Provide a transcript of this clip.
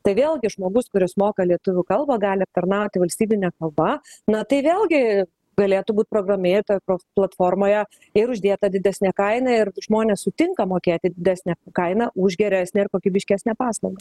tai vėlgi žmogus kuris moka lietuvių kalbą gali tarnauti valstybine kalba na tai vėlgi galėtų būt programėlėj toje platformoje ir uždėta didesnė kaina ir žmonės sutinka mokėti didesnę kainą už geresnę ir kokybiškesnę paslaugą